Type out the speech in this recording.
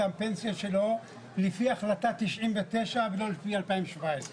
הפנסיה שלו לפי החלטה 99' ולא לפי 2017. עכשיו,